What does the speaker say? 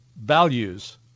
values